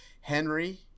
Henry